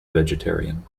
vegetarian